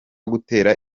gutera